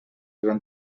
eran